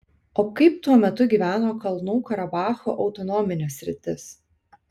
o kaip tuo metu gyveno kalnų karabacho autonominė sritis